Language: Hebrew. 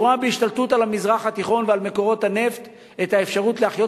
היא רואה בהשתלטות על המזרח התיכון ועל מקורות הנפט את האפשרות להחיות